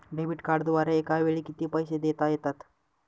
Debit कार्डद्वारे एकावेळी किती पैसे देता येतात?